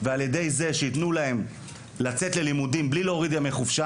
על ידי כך שיתנו להם לצאת ללימודים בלי להוריד ימי חופשה.